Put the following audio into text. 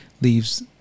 leaves